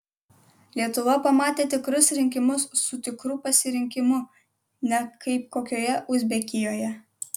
lietuva pamatė tikrus rinkimus su tikru pasirinkimu ne kaip kokioje uzbekijoje